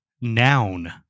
Noun